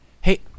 Hey